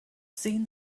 seen